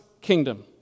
kingdom